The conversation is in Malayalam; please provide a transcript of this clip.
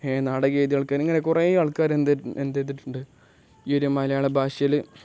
നാടകം എഴുതിയ ആൾക്കാർ ഇങ്ങനെ കുറേ ആൾക്കാർ എന്ത് എന്തു ചെയ്തിട്ടുണ്ട് ഈ ഒരു മലയാള ഭാഷയിൽ